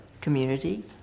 community